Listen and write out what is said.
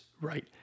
right